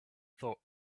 thought